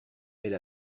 elle